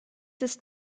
ist